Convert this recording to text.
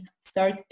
start